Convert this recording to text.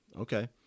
Okay